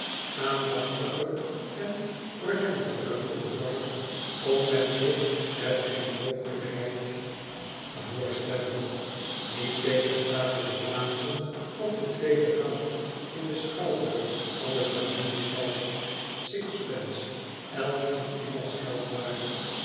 aandachtiger en ordentelijker toehoorders kon men zich met geen mogelijkheid voorstellen niettegenstaande de plaatsen op den tweeden rang in den schouwburg van de familie p salcy six pence elk in engelsch geld waren